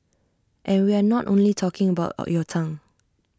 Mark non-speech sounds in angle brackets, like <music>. and we are not only talking about <unintelligible> your tongue